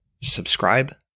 subscribe